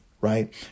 right